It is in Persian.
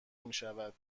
میشد